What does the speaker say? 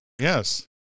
Yes